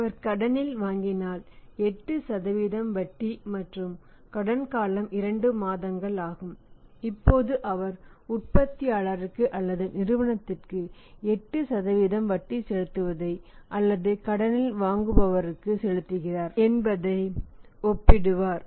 அவர் கடனில் வாங்கினால் 8 வட்டி மற்றும் கடன் காலம் 2 மாதங்கள் ஆகும் இப்போது அவர் உற்பத்தியாளருக்கு அல்லது நிறுவனத்திற்கு 8 வட்டி செலுத்துவதை அல்லது கடனில் வாங்குபவருக்கு செலுத்துகிறார் என்பதை ஒப்பிடுவார்